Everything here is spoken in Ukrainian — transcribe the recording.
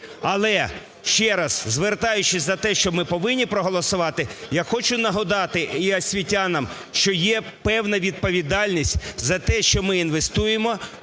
Але, ще раз, звертаючись на те, що ми повинні проголосувати, я хочу нагадати і освітянам, що є певна відповідальність за те, що ми інвестуємо.